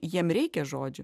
jiem reikia žodžių